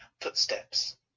footsteps